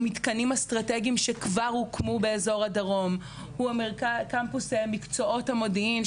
מתקנים אסטרטגיים שכבר הוקמו באזור הדרום; הוא קמפוס למקצועות המודיעין,